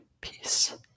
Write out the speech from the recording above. peace